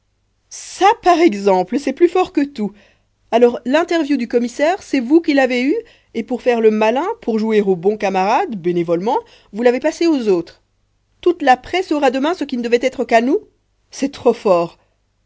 ça par exemple c'est plus fort que tout alors l'interview du commissaire c'est vous qui l'avez eue et pour faire le malin pour jouer au bon camarade bénévolement vous l'avez passée à d'autres toute la presse aura demain ce qui ne devait être qu'à nous c'est trop fort